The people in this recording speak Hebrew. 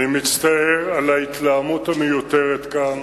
אני מצטער על ההתלהמות המיותרת כאן